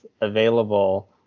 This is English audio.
available